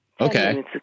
Okay